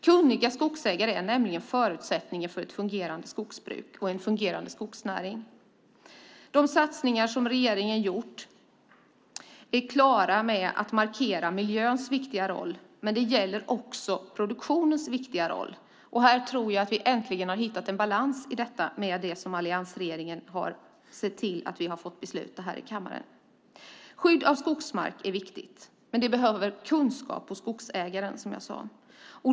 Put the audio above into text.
Kunniga skogsägare är nämligen förutsättningen för ett fungerande skogsbruk och en fungerande skogsnäring. De satsningar som regeringen gjort är tydliga med att markera miljöns viktiga roll, men de gäller också produktionens viktiga roll. Här har vi äntligen hittat en balans i och med det som alliansregeringen sett till att vi har fått besluta här i kammaren. Skydd av skogsmark är viktigt, men det kräver som sagt kunskap hos skogsägaren.